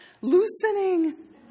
loosening